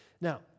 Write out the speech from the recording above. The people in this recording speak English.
Now